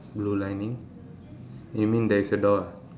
blue lining you mean there is a door ah